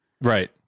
Right